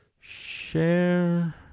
Share